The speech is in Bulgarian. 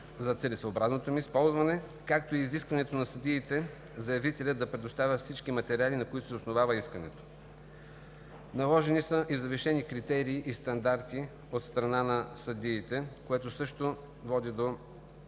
за целесъобразното им използване, както и изискванията на съдиите заявителят да предоставя всички материали, на които се основава искането. Наложени са и завишени критерии и стандарти от страна на съдиите, което също води до